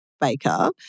baker